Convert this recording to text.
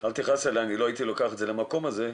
אל תכעס עלי, אני לא הייתי לוקח את זה למקום הזה.